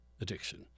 addiction